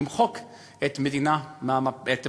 למחוק את המדינה מהמפה.